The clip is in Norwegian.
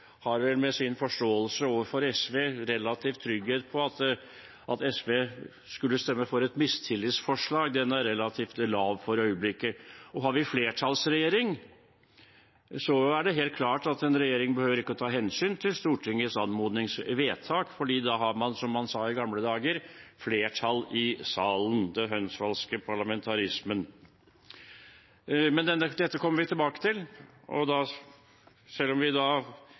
har vel, med sin forståelse overfor SV, en relativ trygghet på at sjansen for at SV skulle stemme for et mistillitsforslag, er relativt lav for øyeblikket. Har vi en flertallsregjering, er det helt klart at den regjeringen ikke behøver å ta hensyn til Stortingets anmodningsvedtak, for da har man, som man sa i gamle dager, flertall i salen, den hønsvaldske parlamentarismen. Dette kommer vi tilbake til. Selv om vi